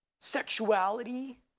sexuality